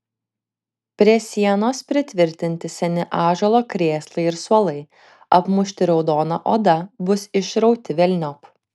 prie sienos pritvirtinti seni ąžuolo krėslai ir suolai apmušti raudona oda bus išrauti velniop